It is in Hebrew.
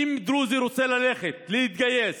אם דרוזי רוצה ללכת להתגייס